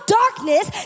darkness